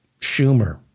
Schumer